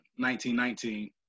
1919